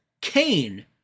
Kane